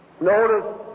Notice